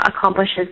accomplishes